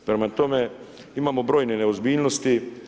Prema tome, imamo brojne neozbiljnosti.